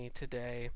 today